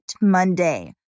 Monday